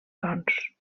tons